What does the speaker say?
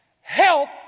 help